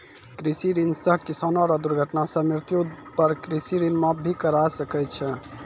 कृषि ऋण सह किसानो रो दुर्घटना सह मृत्यु पर कृषि ऋण माप भी करा सकै छै